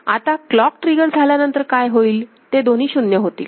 आता clock trigger झाल्यानंतर काय होईल ते दोन्ही 0 होतील